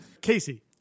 Casey